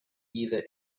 either